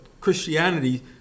Christianity